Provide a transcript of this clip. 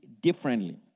differently